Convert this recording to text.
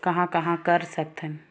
कहां कहां कर सकथन?